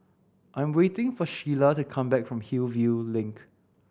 I'm waiting for Sheilah to come back from Hillview Link